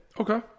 okay